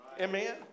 Amen